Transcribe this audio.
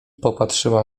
popatrzyła